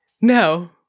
No